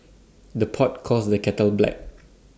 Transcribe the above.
the pot calls the kettle black